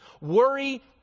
Worry